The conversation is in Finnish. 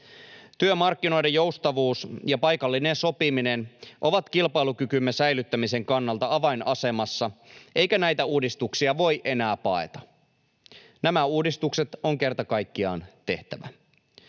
Työmarkkinoiden joustavuus ja paikallinen sopiminen ovat kilpailukykymme säilyttämisen kannalta avainasemassa, eikä näitä uudistuksia voi enää paeta. Nämä uudistukset on kerta kaikkiaan tehtävä.